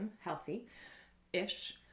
healthy-ish